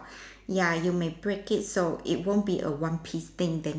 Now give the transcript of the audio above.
ya you may break it so it won't be a one piece thing thing